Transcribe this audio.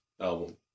album